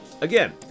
Again